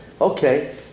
Okay